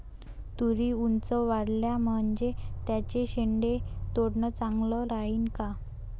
तुरी ऊंच वाढल्या म्हनजे त्याचे शेंडे तोडनं चांगलं राहीन का?